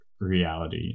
reality